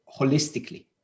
holistically